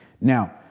Now